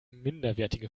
minderwertige